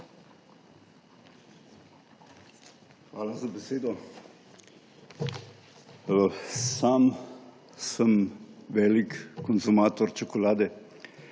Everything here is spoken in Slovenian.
Hvala za besedo. Sam sem velik konzumator čokolade,